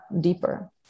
deeper